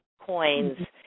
coins